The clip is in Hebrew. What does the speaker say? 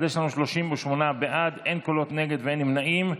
אז יש לנו 38 בעד, אין קולות נגד ואין נמנעים.